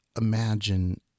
imagine